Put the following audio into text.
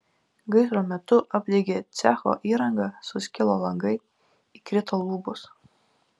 gaisro metu apdegė cecho įranga suskilo langai įkrito lubos